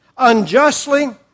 Unjustly